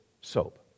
soap